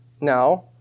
now